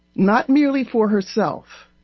not merely for herself.